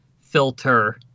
filter